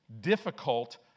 Difficult